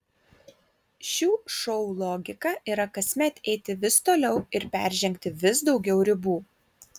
šių šou logika yra kasmet eiti vis toliau ir peržengti vis daugiau ribų